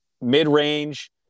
mid-range